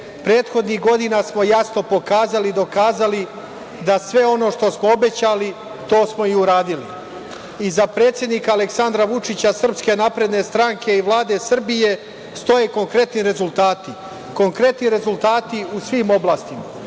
prethodni godina smo jasno pokazali i dokazali da sve ono što smo obećali to smo i uradili. Iza predsednika Aleksandra Vučića, SNS i Vlade Srbije stoje konkretni rezultati, konkretni rezultati u svim oblastima.